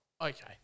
Okay